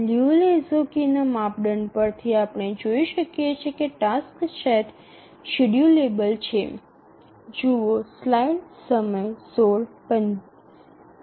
Liu લેહોક્સ્કીના માપદંડ પરથી આપણે જોઈ શકીએ છીએ કે ટાસક્સ સેટ શેડ્યૂલેબલ છે